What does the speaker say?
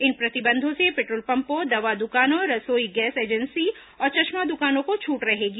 इन प्रतिबंधों से पेट्रोल पम्पों दवा द्कानों रसोई गैस एजेंसी और चश्मा द्कानों को छूट रहेगी